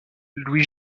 louis